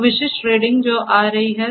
तो विशिष्ट रीडिंग जो आ रही है